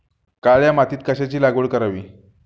काळ्या मातीत कशाची लागवड करावी?